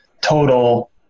total